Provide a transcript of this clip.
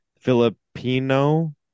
Filipino